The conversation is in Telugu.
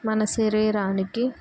మన శరీరానికి